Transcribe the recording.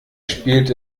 spielt